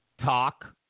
talk